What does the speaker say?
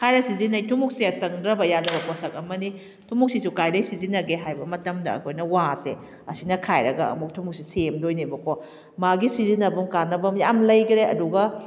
ꯈꯥꯏꯔ ꯁꯤꯖꯤꯟꯅꯩ ꯊꯨꯝꯃꯣꯛꯁꯦ ꯆꯪꯗ꯭ꯔꯕ ꯌꯥꯗꯕ ꯄꯣꯠꯁꯛ ꯑꯃꯅꯤ ꯊꯨꯝꯃꯣꯛꯁꯤꯁꯨ ꯀꯗꯥꯏꯗꯒꯤ ꯁꯤꯖꯤꯟꯅꯒꯦ ꯍꯥꯏꯕ ꯃꯇꯝꯗ ꯑꯩꯈꯣꯏꯅ ꯋꯥꯁꯦ ꯑꯁꯤꯅ ꯈꯥꯏꯔꯒ ꯑꯃꯨꯛ ꯊꯨꯝꯃꯣꯛꯁꯦ ꯁꯦꯝꯗꯣꯏꯅꯦꯕꯀꯣ ꯃꯥꯒꯤ ꯁꯤꯖꯤꯟꯅꯐꯝ ꯀꯥꯟꯅꯐꯝ ꯌꯥꯝ ꯂꯩꯈ꯭ꯔꯦ ꯑꯗꯨꯒ